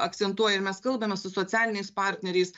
akcentuojam ir mes kalbame su socialiniais partneriais